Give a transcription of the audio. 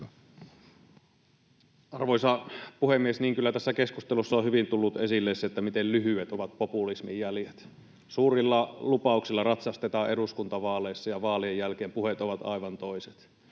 Arvoisa puhemies! Kyllä tässä keskustelussa on hyvin tullut esille se, miten lyhyet ovat populismin jäljet. Suurilla lupauksilla ratsastetaan eduskuntavaaleissa, ja vaalien jälkeen puheet ovat aivan toiset.